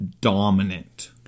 dominant